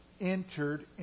entered